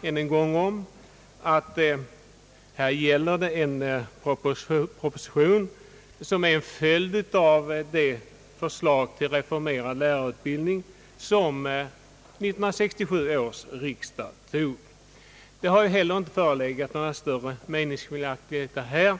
en gång erinra om att propositionen är en följd av det förslag till reformerad lärarutbildning som 1967 års riksdag antog. Det har ju heller inte förelegat några större meningsskiljaktigheter.